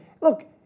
look